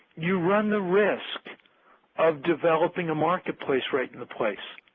you run the risk of developing a marketplace right in the place,